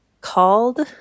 called